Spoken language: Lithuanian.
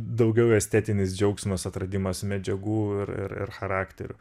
daugiau estetinis džiaugsmas atradimas medžiagų ir ir charakterių